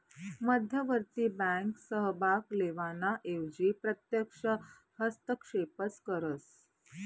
मध्यवर्ती बँक सहभाग लेवाना एवजी प्रत्यक्ष हस्तक्षेपच करस